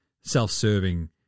self-serving